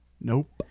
Nope